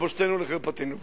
לבושתנו ולחרפתנו.